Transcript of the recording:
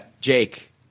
Jake